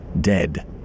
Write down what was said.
dead